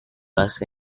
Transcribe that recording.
hace